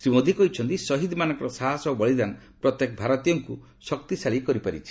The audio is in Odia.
ଶ୍ରୀ ମୋଦି କହିଛନ୍ତି ସହିଦ ମାନଙ୍କର ସାହସ ଓ ବଳିଦାନ ପ୍ରତ୍ୟେକ ଭାରତୀୟଙ୍କୁ ଶକ୍ତିଶାଳୀ କରିପାରିଛି